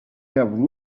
have